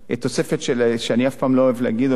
תוספת שאני אף פעם לא אוהב להגיד אותה: